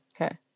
Okay